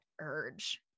urge